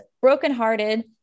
brokenhearted